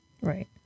Right